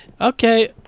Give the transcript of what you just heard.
Okay